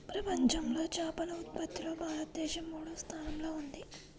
ప్రపంచంలో చేపల ఉత్పత్తిలో భారతదేశం మూడవ స్థానంలో ఉంది